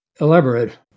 Elaborate